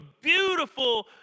beautiful